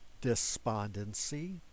despondency